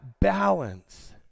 balance